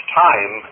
time